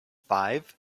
five